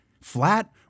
flat